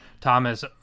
Thomas